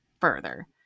further